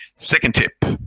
second tip.